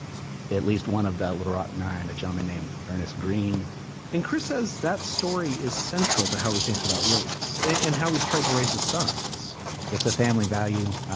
at least one of the little rock nine, a gentleman named ernest green and chris says that story is central to how he thinks about race and how he's tried to raise his sons it's a family value.